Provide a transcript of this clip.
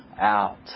out